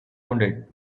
wounded